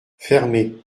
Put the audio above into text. fermez